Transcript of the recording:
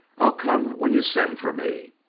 i'll come when you send for me.